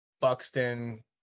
Buxton